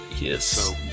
Yes